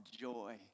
joy